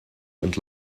and